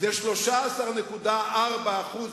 זה 13.4% בשנתיים,